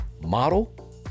model